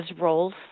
roles